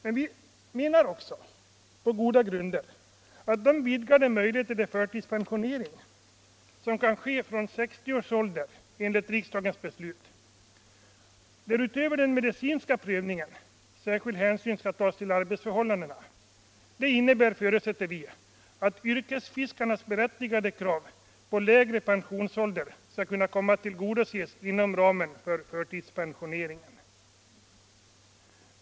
Men vi menar också, på goda grunder, att de vidgade möjligheter till förtidspension från 60 års ålder som nu finns enligt riksdagsbeslut och där, utöver den medicinska prövningen, särskild hänsyn skall tas till arbetsförhållandena, innebär att yrkesfiskarnas berättigade krav på lägre pensionsålder skall kunna tillgodoses inom ramen för förtidspensioneringen.